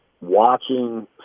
watching